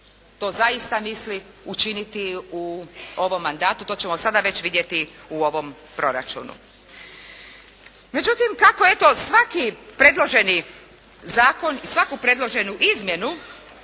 to zaista misli učiniti u ovom mandatu, to ćemo sada već vidjeti u ovom proračunu. Međutim kako eto svaki predloženi zakon i svaku predloženu izmjenu